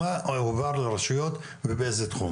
מה הועבר לרשויות ובאיזה תחום,